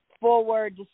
forward